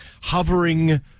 Hovering